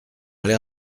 aller